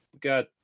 got